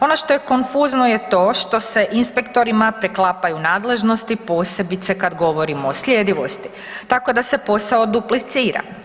Ono što je konfuzno je to što se inspektorima preklapaju nadležnosti posebice kad govorimo o sljedivosti, tako da se posao duplicira.